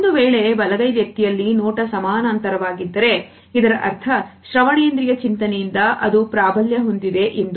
ಒಂದು ವೇಳೆ ಬಲಗೈ ವ್ಯಕ್ತಿಯಲ್ಲಿ ನೋಟ ಸಮಾನಾಂತರವಾಗಿದ್ದರೆ ಇದರ ಅರ್ಥ ಶ್ರವಣೇಂದ್ರಿಯ ಚಿಂತನೆಯಿಂದ ಅದು ಪ್ರಾಬಲ್ಯ ಹೊಂದಿದೆ ಎಂದು